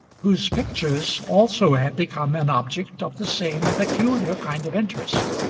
whose pictures also had become an object of the same peculiar kind of interest.